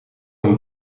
een